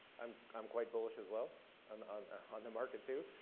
i'm i'm quite bullish as well and and on the market, too.